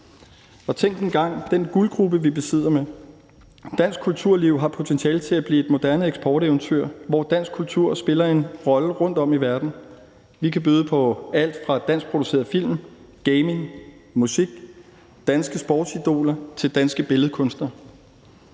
Tænk engang på den guldgrube, vi sidder med. Dansk kulturliv har potentiale til at blive et moderne eksporteventyr, hvor dansk kultur spiller en rolle rundtom i verden. Vi kan byde på alt fra danskproducerede film, gaming, musik og danske sportsidoler til danske billedkunstnere.